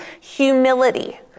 Humility